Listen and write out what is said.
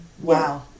Wow